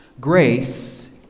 Grace